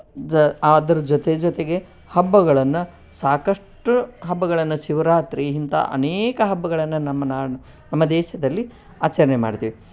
other ಜೊತೆ ಜೊತೆಗೆ ಹಬ್ಬಗಳನ್ನು ಸಾಕಷ್ಟು ಹಬ್ಬಗಳನ್ನು ಶಿವರಾತ್ರಿ ಇಂಥ ಅನೇಕ ಹಬ್ಬಗಳನ್ನು ನಮ್ಮ ನಾಡು ನಮ್ಮ ದೇಶದಲ್ಲಿ ಆಚರಣೆ ಮಾಡ್ತೀವಿ